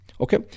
Okay